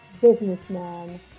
businessman